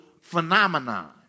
phenomenon